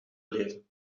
leven